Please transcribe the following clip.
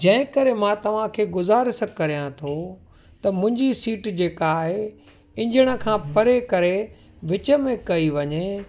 जंहिं करे मां तव्हांखे गुज़ारिश करियां थो त मुंहिंजी सीट जेका आहे इंजण खां परे करे विच में कई वञे